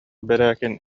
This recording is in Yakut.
бэрээкин